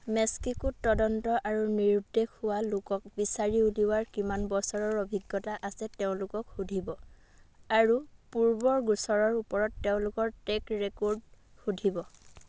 মেক্সিকোত তদন্ত আৰু নিৰুদ্দেশ হোৱা লোকক বিচাৰি উলিওৱাৰ কিমান বছৰৰ অভিজ্ঞতা আছে তেওঁলোকক সুধিব আৰু পূৰ্বৰ গোচৰৰ ওপৰত তেওঁলোকৰ ট্ৰেক ৰেকৰ্ড সুধিব